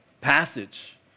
passage